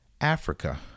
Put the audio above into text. Africa